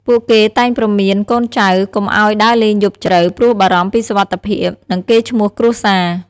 ពួកគេតែងព្រមានកូនចៅកុំឱ្យដើរលេងយប់ជ្រៅ ព្រោះបារម្ភពីសុវត្ថិភាព និងកេរ្តិ៍ឈ្មោះគ្រួសារ។